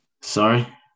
sorry